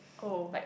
oh